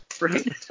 Right